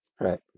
right